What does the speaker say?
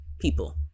people